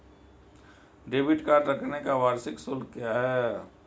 Debit card रखने का वार्षिक शुल्क क्या है?